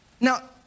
Now